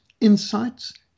insights